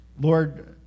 Lord